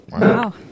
wow